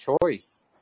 choice